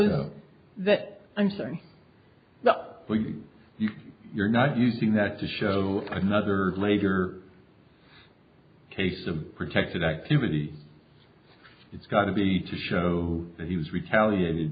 that i'm sorry you're not using that to show another later case of protected activity it's got to be to show that he was retaliated